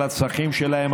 על הצרכים שלהם,